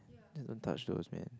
just don't touch those man